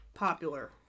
popular